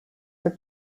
for